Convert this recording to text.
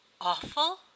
Awful